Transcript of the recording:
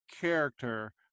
character